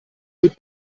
mit